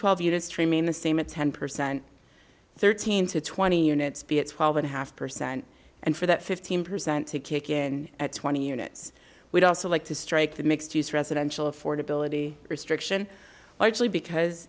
twelve you just remain the same at ten percent thirteen to twenty units be at twelve and a half percent and for that fifteen percent to kick in at twenty units we'd also like to strike the mixed use residential affordability restriction largely because